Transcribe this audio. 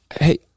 hey